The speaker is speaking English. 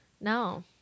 No